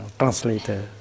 translator